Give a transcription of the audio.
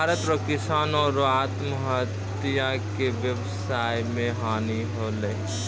भारत रो किसानो रो आत्महत्या से वेवसाय मे हानी होलै